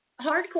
Hardcore